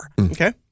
Okay